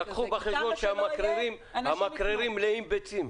אנשים --- לקחו בחשבון שהמקררים מלאים בביצים,